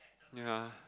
ya